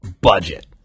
Budget